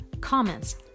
comments